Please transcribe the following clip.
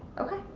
okay.